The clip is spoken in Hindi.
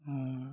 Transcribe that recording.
और